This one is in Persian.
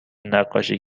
نقاشی